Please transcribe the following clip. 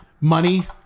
Money